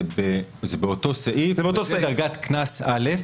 זה באותו סעיף, בדרגת קנס א'.